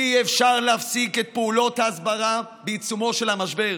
אי-אפשר להפסיק את פעולות ההסברה בעיצומו של המשבר.